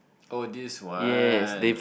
oh this one